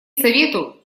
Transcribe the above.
совету